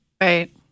Right